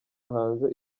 hanze